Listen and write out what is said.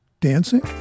dancing